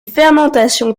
fermentation